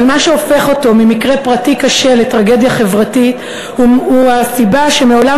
אבל מה שהופך אותו ממקרה פרטי קשה לטרגדיה חברתית הוא הסיבה שמעולם